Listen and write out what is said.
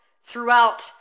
throughout